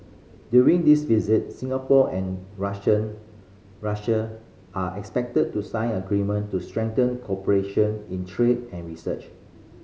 during this visit Singapore and Russian Russia are expected to sign agreement to strengthen cooperation in trade and research